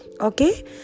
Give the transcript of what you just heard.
Okay